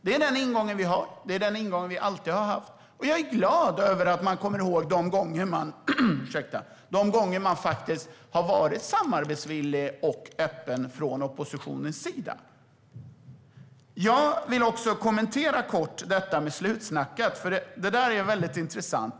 Det är den ingång vi har och alltid har haft. Jag är glad över att man kommer ihåg de gånger som man från oppositionens sida faktiskt har varit samarbetsvillig och öppen. Jag vill också kort kommentera detta med att det är slutsnackat, för det är intressant.